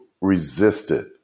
resisted